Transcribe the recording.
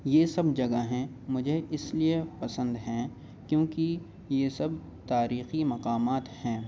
یہ سب جگہیں مجھے اس لیے پسند ہیں کیوں کہ یہ سب تاریخی مقامات ہیں